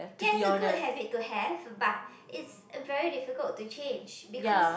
ya it's a good habit to have but it's very difficult to change because